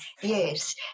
Yes